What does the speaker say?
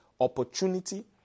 opportunity